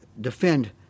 defend